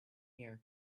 hair